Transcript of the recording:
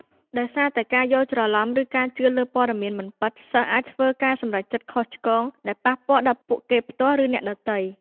ដោយសារតែការយល់ច្រឡំ ឬការជឿលើព័ត៌មានមិនពិត សិស្សអាចធ្វើ ការសម្រេចចិត្តខុសឆ្គង ដែលប៉ះពាល់ដល់ពួកគេផ្ទាល់ ឬអ្នកដទៃ។